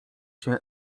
się